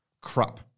crap